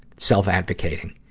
self-advocating.